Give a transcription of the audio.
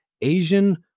Asian